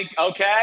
okay